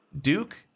Duke